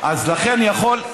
לכן אני יכול,